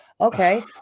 okay